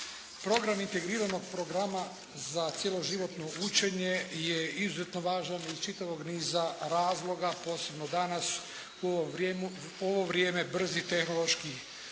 Program integriranog Programa za cjeloživotno učenje je izuzetno važan iz čitavog niza razloga, posebno danas u ovo vrijeme brzih tehnoloških